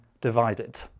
divided